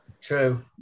True